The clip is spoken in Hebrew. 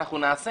אנחנו נעשה